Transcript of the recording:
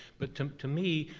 but to to me,